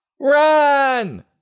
Run